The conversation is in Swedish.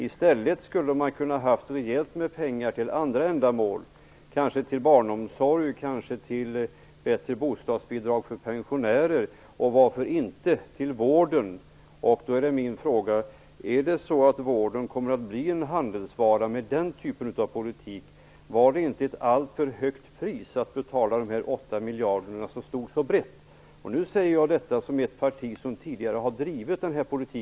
I stället skulle man kunna haft rejält med pengar till andra ändamål, kanske till barnomsorg och till högre bostadsbidrag för pensionärer eller varför inte till vården. Min fråga är: Är det så att vården kommer att bli en handelsvara med den typen av politik? Är det inte ett alltför högt pris att betala att dessa 8 miljoner kronor som slår så brett? Jag säger detta som företrädare för ett parti som tidigare har drivit frågan om sänkt moms på mat.